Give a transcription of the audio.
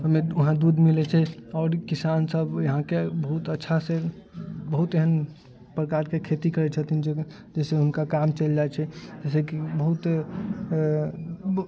ओहिमे वहाँ दूध मिलैत छै आओर किसान सब यहाँके बहुत अच्छा से बहुत एहन प्रकारके खेती करैत छथिन जाहिमे जैसे हुनका काम चलि जाइत छै जेकि बहुत